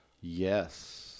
Yes